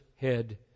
head